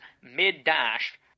mid-dash